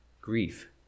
grief